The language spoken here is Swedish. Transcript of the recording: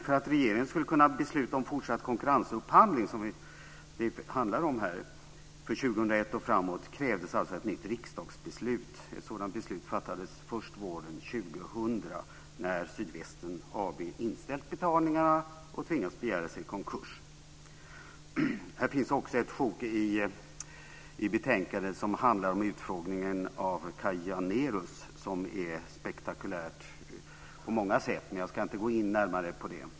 För att regeringen skulle kunna besluta om fortsatt konkurrensupphandling för 2001 och framåt krävdes alltså ett nytt riksdagsbeslut. Ett sådant beslut fattades först våren 2000 när Sydvästen AB hade inställt betalningarna och tvingats begära sig i konkurs. Det finns också ett sjok i betänkandet om utfrågningen av Kaj Janérus som är spektakulärt på många sätt, men jag ska inte gå in närmare på det.